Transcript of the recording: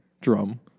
drum